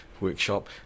workshop